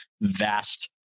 vast